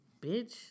bitch